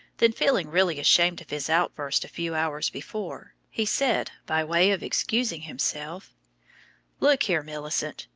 then feeling really ashamed of his outburst a few hours before, he said, by way of excusing himself look here, millicent,